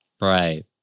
right